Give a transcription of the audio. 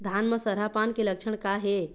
धान म सरहा पान के लक्षण का हे?